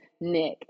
Nick